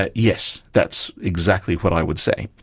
ah yes, that's exactly what i would say.